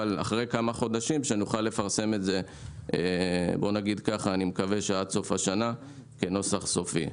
אבל בשאיפה שאחרי כמה חודשים נוכל לפרסם את זה עד סוף השנה כנוסח סופי.